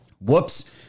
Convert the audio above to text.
Whoops